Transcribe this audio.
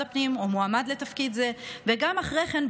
הפנים או מועמד לתפקיד זה וגם אחרי כן,